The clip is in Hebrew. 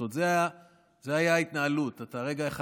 זאת הייתה ההתנהלות, רגע אחד